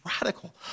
radical